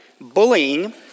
bullying